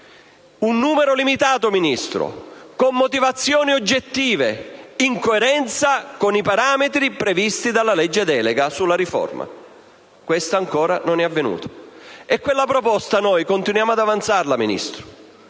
Un numero limitato, con motivazioni oggettive, in coerenza con i parametri previsti dalla legge delega sulla riforma. Questo ancora non è avvenuto, e noi continuiamo ad avanzare quella